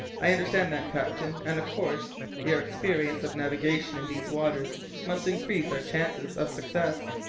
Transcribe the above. i understand that, captain, and of course your experience of navigation in these waters must increase our chances of success.